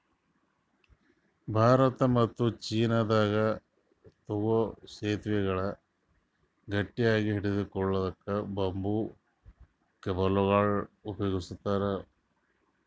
ಭಾರತ ಮತ್ತ್ ಚೀನಾದಾಗ್ ತೂಗೂ ಸೆತುವೆಗಳ್ ಗಟ್ಟಿಯಾಗ್ ಹಿಡ್ಕೊಳಕ್ಕ್ ಬಂಬೂ ಕೇಬಲ್ಗೊಳ್ ಉಪಯೋಗಸ್ತಾರ್